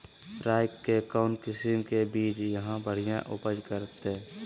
राई के कौन किसिम के बिज यहा बड़िया उपज करते?